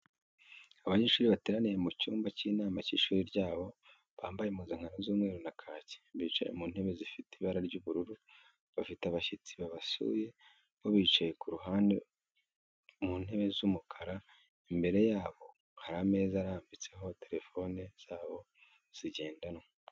Abanyeshuri bateraniye mu cyumba cy'inama cy'ishuri ryabo, bambaye impuzankano z'umweru na kaki, bicaye mu ntebe zifite ibara ry'ubururu. Bafite abashyitsi babasuye bo bicaye ku ruhande mu ntebe z'umukara, imbere yabo hari ameza barambitseho telefoni zabo zigendanwa.